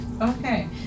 okay